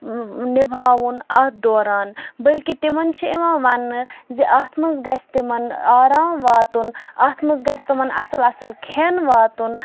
نِباوُن اَتھ دوران بلکہِ تِمن چھِ یِوان وَننہٕ زِ اَتھ منٛز گژھِ تِمن آرام واتُن اَتھ منٛز گژھِ تِمن اَصٕل کھٮ۪ن واتُن